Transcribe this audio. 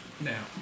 Now